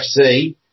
FC